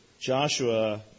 Joshua